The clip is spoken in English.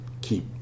keep